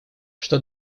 что